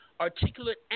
articulate